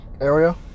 area